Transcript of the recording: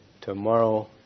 tomorrow